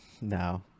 No